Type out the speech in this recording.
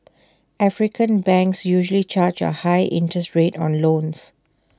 African banks usually charge A high interest rate on loans